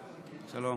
שלו